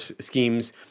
schemes